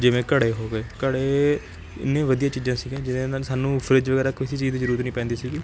ਜਿਵੇਂ ਘੜੇ ਹੋ ਗਏ ਘੜੇ ਐਨੇ ਵਧੀਆ ਚੀਜ਼ਾਂ ਸੀਗੀਆਂ ਜਿਨ੍ਹਾਂ ਨਾਲ ਸਾਨੂੰ ਫਰਿੱਜ ਵਗੈਰਾ ਕਿਸੇ ਚੀਜ਼ ਦੀ ਜ਼ਰੂਰਤ ਨਹੀਂ ਪੈਂਦੀ ਸੀਗੀ